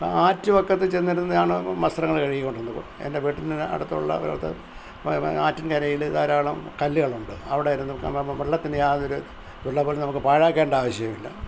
ആറ്റുവക്കത്ത് ചെന്നിരുന്നാണ് വസ്ത്രങ്ങൽ കഴുകിക്കൊണ്ടിരുന്നത് എന്റെ വീട്ടിൽ നിന്ന് അകത്തുള്ള ഒരിടത്ത് മ മ ആറ്റിങ്കരയിൽ ധാരാളം കല്ലുകളുണ്ട് അവിടിരുന്ന് വെള്ളത്തിന്റെ യാതൊരു വെള്ളം പോലും നമുക്ക് പാഴാക്കേണ്ടാവശ്യമില്ല